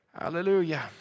Hallelujah